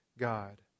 God